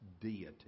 deity